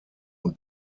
und